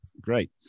great